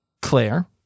Claire